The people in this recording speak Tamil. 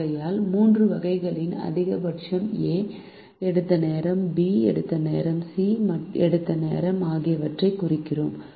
ஆகையால் 3 வகைகளின் அதிகபட்சம் A எடுத்த நேரம் B எடுத்த நேரம் மற்றும் C எடுத்த நேரம் ஆகியவற்றைக் குறைக்கிறோம்